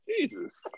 Jesus